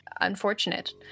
Unfortunate